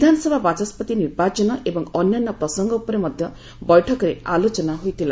ବିଧାନସଭା ବାଚସ୍କତି ନିର୍ବାଚନ ଏବଂ ଅନ୍ୟାନ୍ୟ ପ୍ରସଙ୍ଗ ଉପରେ ମଧ୍ୟ ବୈଠକରେ ଆଲୋଚନା ହୋଇଥିଲା